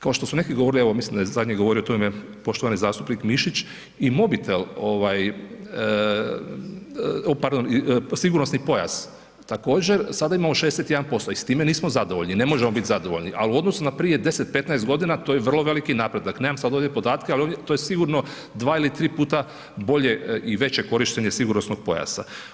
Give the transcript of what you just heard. Kao što su neki govorili, evo mislim da je zadnje govorio, tu nam je poštovani zastupnik Mišić, i mobitel, pardon, i sigurnosni pojas također, sada imamo 61% i s time nismo zadovoljni, ne možemo bit zadovoljni, al u odnosu na prije 10., 15.g., to je vrlo veliki napredak, nemam sad ovdje podatke, al to je sigurno 2 ili 3 puta bolje i veće korištenje sigurnosnog pojasa.